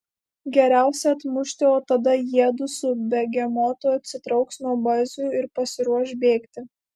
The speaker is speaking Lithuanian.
geriausia atmušti o tada jiedu su begemotu atsitrauks nuo bazių ir pasiruoš bėgti